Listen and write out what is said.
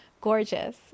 gorgeous